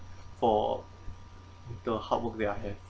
for the hard work that I have